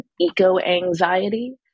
eco-anxiety